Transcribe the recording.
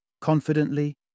confidently